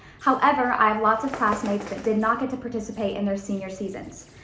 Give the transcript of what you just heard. however, i have lots of classmates that did not get to participate in their senior seasons.